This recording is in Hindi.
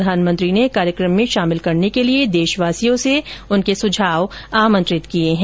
प्रधानमंत्री ने इस कार्यक्रम में शामिल करने के लिए देशवासियों से उनके सुझाव आमंत्रित किए हैं